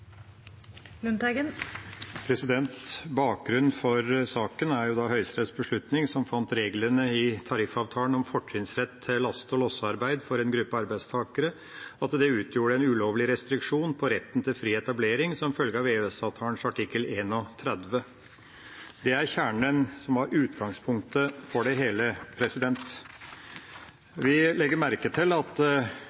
Høyesteretts beslutning om at reglene i tariffavtalen om fortrinnsrett for laste- og lossearbeid for en gruppe arbeidstakere utgjorde en ulovlig restriksjon på retten til fri etablering som følger av EØS-avtalens artikkel 31. Det er kjernen i det som var utgangspunktet for det hele.